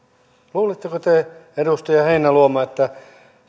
luuletteko te edustaja heinäluoma että